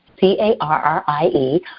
C-A-R-R-I-E